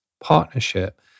partnership